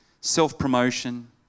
self-promotion